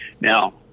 now